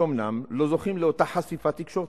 שאומנם לא זוכים לאותה חשיפה תקשורתית,